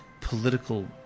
political